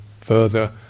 further